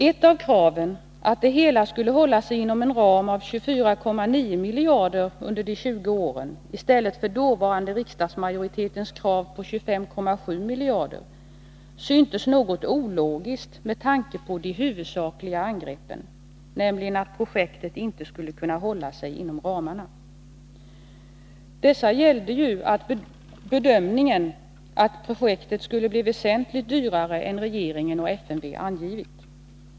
Ett av kraven, att det hela skulle hålla sig inom en ram av 24,9 miljarder under de 20 åren i stället för dåvarande riksdagsmajoritetens krav på 25,7 miljarder, syntes något ologiskt med tanke på de huvudsakliga angreppen, nämligen att projektet inte skulle kunna hålla sig inom ramarna. Dessa gällde nämligen bedömningen att projektet skulle bli väsentligt dyrare än regeringen och FMV angivit.